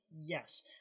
Yes